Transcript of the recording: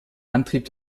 antrieb